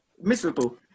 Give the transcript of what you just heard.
miserable